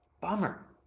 Bummer